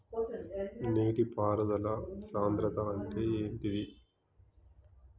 నీటి పారుదల సంద్రతా అంటే ఏంటిది?